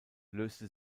löste